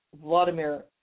Vladimir